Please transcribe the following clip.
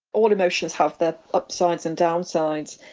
all emotions have their upsides and downsides,